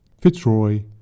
Fitzroy